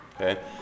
Okay